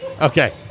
Okay